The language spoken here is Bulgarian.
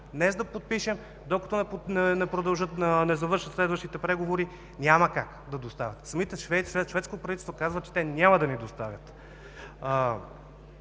Днес да подпишем, докато не завършат следващите преговори, няма как да го доставят. Самото шведско правителство казва, че те няма да ни го доставят